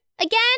Again